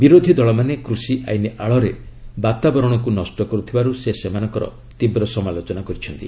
ବିରୋଧୀ ଦଳମାନେ କୃଷି ଆଇନ୍ ଆଳରେ ବାତାବରଣକୁ ନଷ୍ଟ କରୁଥିବାରୁ ସେ ସେମାନଙ୍କର ତୀବ୍ର ସମାଲୋଚନା କରିଛନ୍ତି